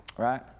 right